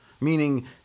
Meaning